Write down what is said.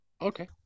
okay